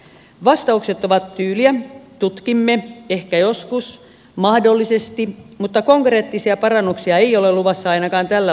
vastaukset ovat tyyliä tutkimme ehkä joskus mahdollisesti mutta konkreettisia parannuksia ei ole luvassa ainakaan tällä vaalikaudella